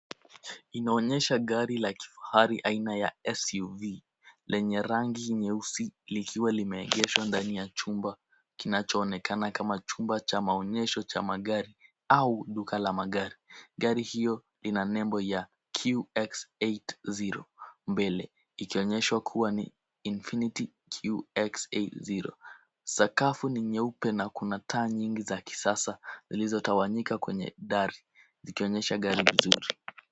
Inaonyesha gari la kifahari aina ya SUV, lenye rangi nyeusi likiwa limeegeshwa ndani ya chumba, kinachoonekana kama chumba cha maonyesho cha magari au duka la magari. Gari hiyo ina nembo ya QX-80, mbele, ikionyesha kuwa ni Infiniti QX-80 sakafu ni nyeupe na kuna taa nyingi za kisasa zilizotawanyika kwenye dari, zikionyesha gari vizuri.